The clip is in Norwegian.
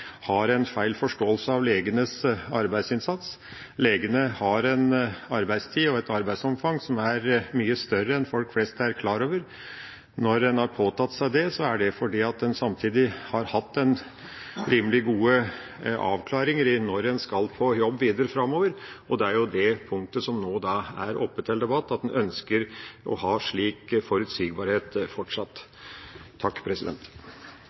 har feil forståelse av legenes arbeidsinnsats. Legene har en annen arbeidstid og et arbeidsomfang som er mye større enn folk flest er klar over. Når en har påtatt seg det, er det fordi en samtidig har hatt rimelig gode avklaringer med hensyn til når en skal på jobb videre framover, og det er det punktet som nå er oppe til debatt, at en fortsatt ønsker å ha en slik forutsigbarhet.